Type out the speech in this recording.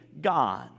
God